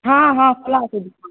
हँ हँ खुला छै दुकान